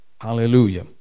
Hallelujah